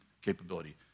capability